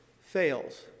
fails